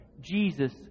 Jesus